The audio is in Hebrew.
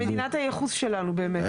זאת מדינת הייחוס שלנו באמת.